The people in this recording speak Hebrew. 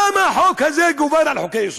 למה החוק הזה גובר על חוקי-יסוד?